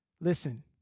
Listen